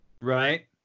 Right